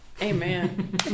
amen